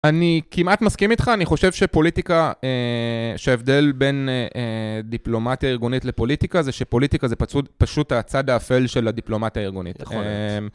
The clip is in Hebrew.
אני כמעט מסכים איתך, אני חושב שפוליטיקה, שההבדל בין דיפלומטיה ארגונית לפוליטיקה, זה שפוליטיקה זה פשוט הצד האפל של הדיפלומטיה הארגונית. יכול להיות.